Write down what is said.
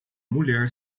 mulher